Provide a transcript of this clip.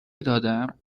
دادم